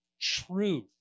truth